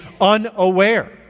unaware